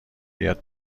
بیرون